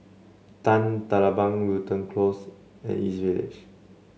Tan Telang Bang Wilton Close and East Village